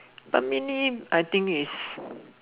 but mainly I think is